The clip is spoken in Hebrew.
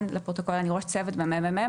אני ראש צוות במרכז המחקר והמידע.